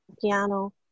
piano